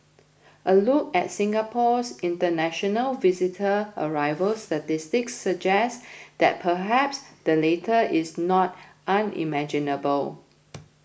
a look at Singapore's international visitor arrival statistics suggest that perhaps the latter is not unimaginable